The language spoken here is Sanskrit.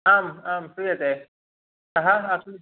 आम् आं श्रूयते कः अस्ति